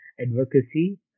advocacy